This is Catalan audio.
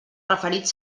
referit